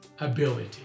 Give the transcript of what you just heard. ability